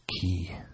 key